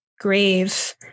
grave